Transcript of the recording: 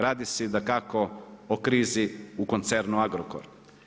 Radi se dakako o krizi u koncernu Agrokor.